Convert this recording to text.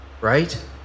Right